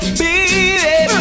baby